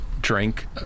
drink